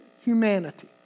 humanity